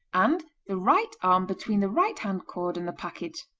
and the right arm between the right-hand cord and the package